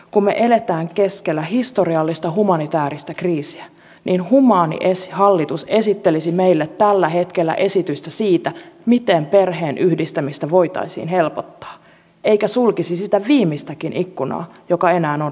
kun me elämme keskellä historiallista humanitääristä kriisiä niin humaani hallitus esittelisi meille tällä hetkellä esitystä siitä miten perheenyhdistämistä voitaisiin helpottaa eikä sulkisi sitä viimeistäkin ikkunaa joka enää on raollaan